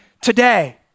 today